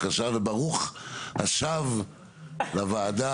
ברוך השב לוועדה,